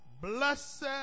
blessed